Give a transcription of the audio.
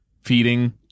Feeding